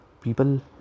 people